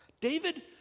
David